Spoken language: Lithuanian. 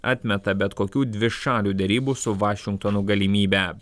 atmeta bet kokių dvišalių derybų su vašingtonu galimybę